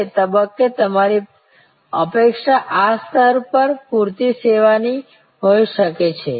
તે તબક્કે તમારી અપેક્ષા આ સ્તર પર પૂરતી સેવાની હોઈ શકે છે